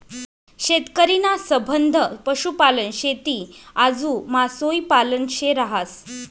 शेतकरी ना संबंध पशुपालन, शेती आजू मासोई पालन शे रहास